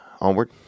Onward